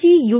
G U